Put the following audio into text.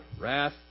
wrath